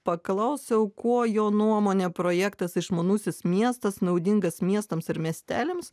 paklausiau kuo jo nuomone projektas išmanusis miestas naudingas miestams ir miesteliams